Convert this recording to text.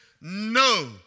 no